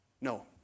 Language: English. No